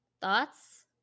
Thoughts